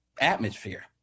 atmosphere